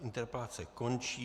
Interpelace končí.